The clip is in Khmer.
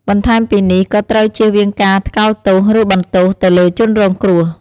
បន្ថែមពីនេះ ក៏ត្រូវជៀសវាងការថ្កោលទោស ឬបន្ទោសទៅលើជនរងគ្រោះ។